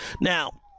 Now